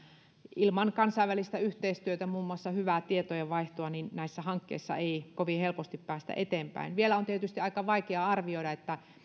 ilman kansainvälistä yhteistyötä muun muassa hyvää tietojenvaihtoa näissä hankkeissa ei kovin helposti päästä eteenpäin vielä on tietysti aika vaikea arvioida